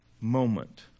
moment